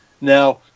now